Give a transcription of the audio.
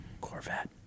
Corvette